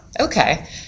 Okay